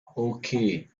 okay